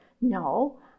No